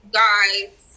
guys